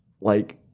like-